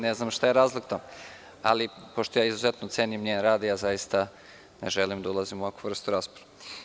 Ne znam šta je razlog tome, ali, pošto izuzetno cenim njen rad, zaista ne želim da ulazim u ovakvu vrstu rasprave.